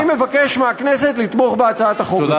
אני מבקש מהכנסת לתמוך בהצעת החוק הזאת.